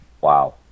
Wow